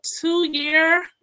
two-year